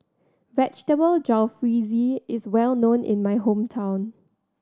Vegetable Jalfrezi is well known in my hometown